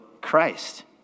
Christ